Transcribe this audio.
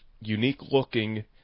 unique-looking